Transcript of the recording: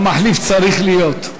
המחליף צריך להיות.